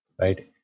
right